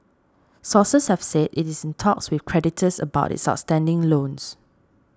sources have said it is in talks with creditors about its outstanding loans